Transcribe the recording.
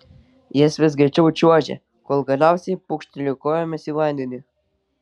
jis vis greičiau čiuožė kol galiausiai pūkštelėjo kojomis į vandenį